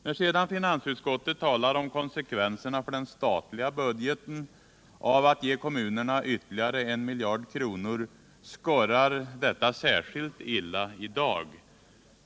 När sedan finansutskottet talar om konsekvenserna för den statliga budgeten av att ge kommunerna ytterligare 1 miljard kronor, skorrar detta särskilt illa i dag.